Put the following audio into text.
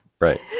Right